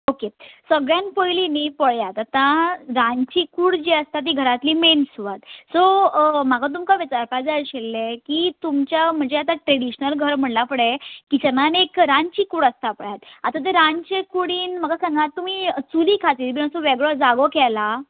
okay सगळ्यान पयली न्हय पळयात आतां रांदची कूड जी आसता ती घरातली मेन सुवात सो म्हाका तुमकां विचारपा जाय आशिल्लें की तुमच्या म्हणजे आतां ट्रॅडिश्नल घर म्हळ्ळां फुडें किचनान एक रानची कूड आसता पळयात आतां ते रानचे कुडीन म्हाका सांगात तुमी चुली खातीर बी असो वेगळो जागो केला